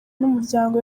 n’umuryango